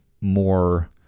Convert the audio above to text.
more